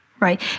Right